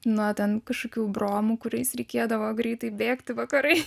na ten kažkokių bromų kuriais reikėdavo greitai bėgti vakarai